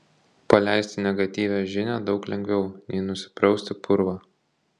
paleisti negatyvią žinią daug lengviau nei nusiprausti purvą